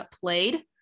played